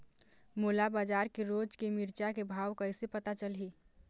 मोला बजार के रोज के मिरचा के भाव कइसे पता चलही?